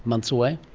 months away?